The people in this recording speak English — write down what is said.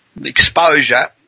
exposure